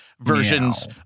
versions